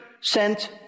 sent